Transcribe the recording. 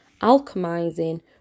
alchemizing